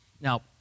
Now